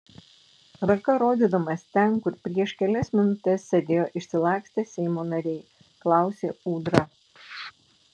ranka rodydamas ten kur prieš kelias minutes sėdėjo išsilakstę seimo nariai klausė ūdra